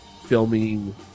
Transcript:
filming